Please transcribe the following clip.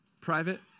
private